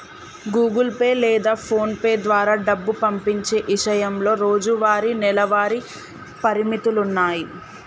Google Pay లేదా PhonePe ద్వారా డబ్బు పంపించే ఇషయంలో రోజువారీ, నెలవారీ పరిమితులున్నాయి